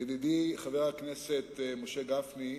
ידידי חבר הכנסת משה גפני,